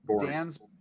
Dan's